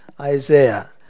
Isaiah